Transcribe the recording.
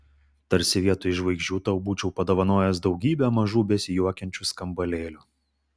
tarsi vietoj žvaigždžių tau būčiau padovanojęs daugybę mažų besijuokiančių skambalėlių